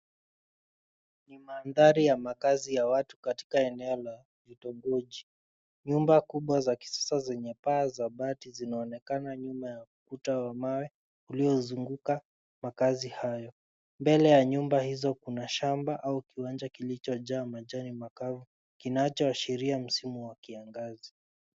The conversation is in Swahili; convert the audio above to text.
Madhari ya makazi ya watu katika eneo lakitongoji. Nyumba kubwa za kisada zenye paa za bati zinaonekana nyuma ya ukuta wa mawe uliozunguka makazi hayo. Mbele ya nyumba hizo kuna shamba au kiwanja kilichojaa majani makavu kinachoadhitua msimu wa kiangazi.